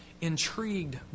intrigued